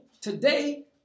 Today